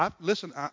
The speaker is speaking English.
Listen